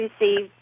received